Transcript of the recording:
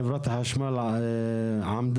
חברת החשמל עמדה